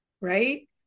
right